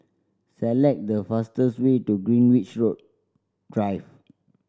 select the fastest way to Greenwich Drive